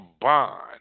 bond